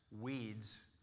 weeds